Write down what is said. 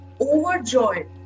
overjoyed